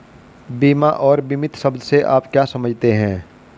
बीमा और बीमित शब्द से आप क्या समझते हैं?